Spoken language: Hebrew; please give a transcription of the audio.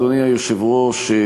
אדוני היושב-ראש,